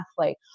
athlete